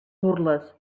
burles